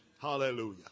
Hallelujah